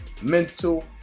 mental